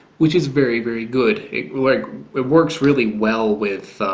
which is very very good it like it works really well with